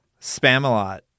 Spamalot